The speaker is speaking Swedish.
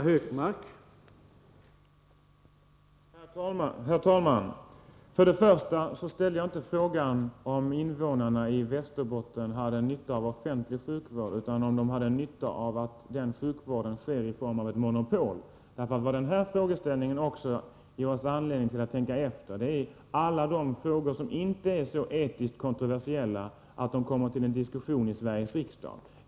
Herr talman! Jag ställde inte frågan om invånarna i Västerbottens län hade nytta av offentlig sjukvård utan om de hade nytta av att den sjukvården sker i form av monopol. 63 Den här frågeställningen ger oss anledning att tänka efter också beträffande alla de frågor som inte är så etiskt kontroversiella att de leder till diskussion i Sveriges riksdag.